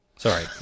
Sorry